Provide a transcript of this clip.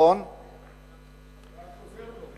זה רק עוזר לו.